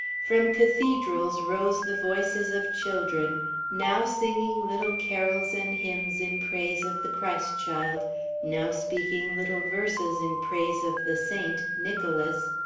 from cathedrals rose the voices of children now singing little carols and hymns in praise of the christ-child, now speaking little verses in praise of the saint, nicholas,